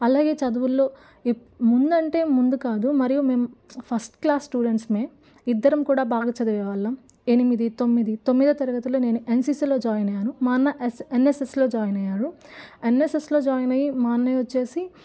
అలాగే చదువుల్లో ఎప్ ముందు అంటే ముందు కాదు మరియు మేము ఫస్ట్ క్లాస్ స్టూడెంట్స్మే ఇద్దరం కూడా బాగా చదివేవాళ్ళం ఎనిమిది తొమ్మిది తొమ్మిదో తరగతిలో నేను ఎన్సిసిలో జాయిన్ అయ్యాను మా అన్న ఎస్ ఎన్ఎస్ఎస్లో జాయిన్ అయ్యారు ఎన్ఎస్ఎస్లో జాయిన్ అయ్యి మా అన్నయ్య వచ్చేసి